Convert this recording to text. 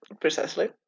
Precisely